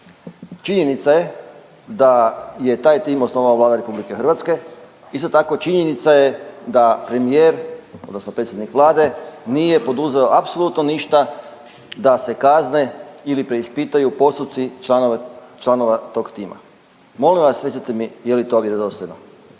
Činjenica je da je taj tim osnovala Vlada Republike Hrvatske. Isto tako činjenica je da premijer, odnosno predsjednik Vlade nije poduzeo apsolutno ništa da se kazne ili preispitaju postupci članova tog tima. Molim vas recite mi je li to vjerodostojno?